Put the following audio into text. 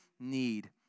need